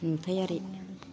नुथाइयारि